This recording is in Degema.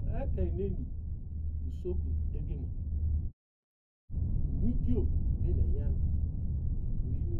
Ekein neni usokun degema inwikio nu eni enyam iyin